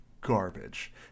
garbage